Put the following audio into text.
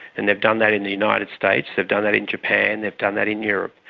and they've done that in the united states, they've done that in japan, they've done that in europe.